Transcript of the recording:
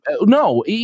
no